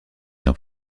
dans